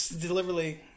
deliberately